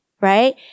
right